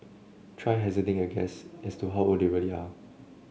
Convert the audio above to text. try hazarding a guess as to how old they really are